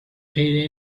paid